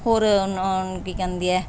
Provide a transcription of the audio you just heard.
ਹੋਰ ਉਹਨਾਂ ਨੂੰ ਕੀ ਕਹਿੰਦੀ ਹੈ